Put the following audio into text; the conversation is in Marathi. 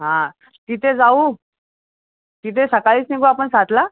हा तिथे जाऊ तिथे सकाळीच निघू आपण सातला